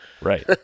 Right